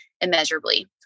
immeasurably